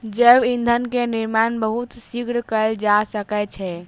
जैव ईंधन के निर्माण बहुत शीघ्र कएल जा सकै छै